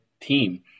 team